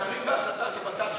השקרים וההסתה זה בצד שלכם.